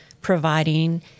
providing